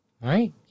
Right